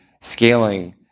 scaling